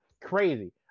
Crazy